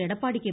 Edappadi K